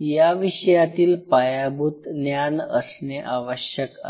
या विषयातील पायाभूत ज्ञान असणे आवश्यक आहे